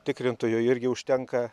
tikrintojo irgi užtenka